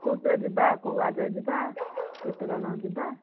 କୋଉଥିରେ ଯିବା କୋଉ ଗାଡ଼ିରେ ଯିବା କେତେ ଜଣ ଯିବା